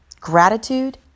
gratitude